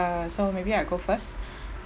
uh so maybe I go first